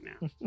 now